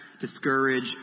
discourage